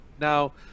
Now